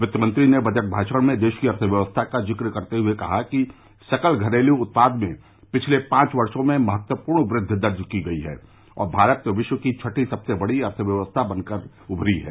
वित्तमंत्री ने बजट भाषण में देश की अर्थव्यवस्था का जिक्र करते हुए कहा कि सकल घरेलू उत्पाद में पिछले पांच वर्षो में महत्वपूर्ण वृद्वि दर्ज की गई है और भारत विश्व की छठी सबसे बड़ी अर्थव्यवस्था बन गया है